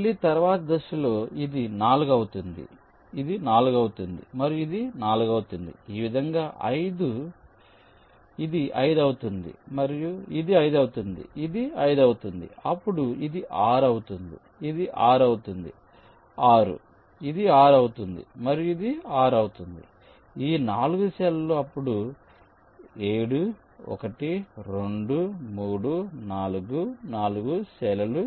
మళ్ళీ తరువాతి దశలో ఇది 4 అవుతుంది ఇది 4 అవుతుంది మరియు ఇది 4 అవుతుంది ఈ విధంగా 5 ఇది 5 అవుతుంది ఇది 5 అవుతుంది ఇది 5 అవుతుంది అప్పుడు ఇది 6 అవుతుంది ఇది 6 అవుతుంది 6 ఇది 6 అవుతుంది మరియు ఇది 6 అవుతుంది ఈ 4 సెల్ లు అప్పుడు 7 1 2 3 4 4 సెల్ లు